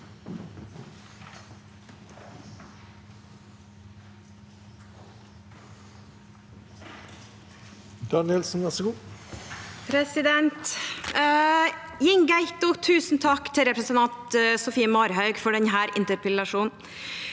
Tusen takk til representanten Sofie Marhaug for denne interpellasjonen.